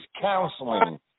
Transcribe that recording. counseling